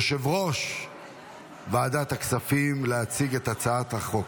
יושב-ראש ועדת הכספים להציג את הצעת החוק.